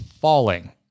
falling